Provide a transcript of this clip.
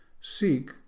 Seek